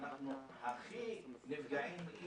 אנחנו הכי נפגעים.